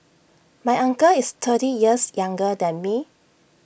my uncle is thirty years younger than me